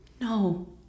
No